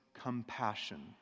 compassion